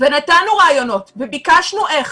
אנחנו נתנו רעיונות וביקשנו איך,